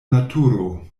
naturo